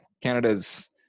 canada's